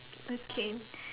okay